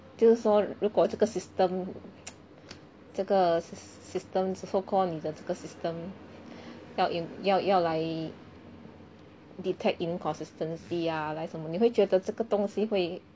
就是说如果这个 system 这个 system so call 你的这个 system 要 in 要要来 detect inconsistency ah 来什么你会觉得这个东西会